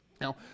Now